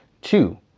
Two